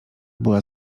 była